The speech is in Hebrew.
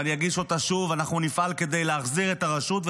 ואני אגיש אותה שוב: אנחנו נפעל כדי להחזיר את הרשות,